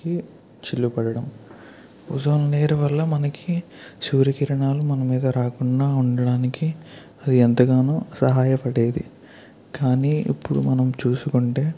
కి చిల్లు పడడం ఓజోన్ లేయర్ వల్ల మనకి సూర్యకిరణాలు మన మీద రాకుండా ఉండడానికి అది ఎంతగానో సహాయపడేది కానీ ఇప్పుడు మనం చూసుకుంటే